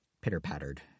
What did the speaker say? pitter-pattered